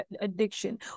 addiction